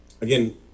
Again